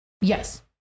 Yes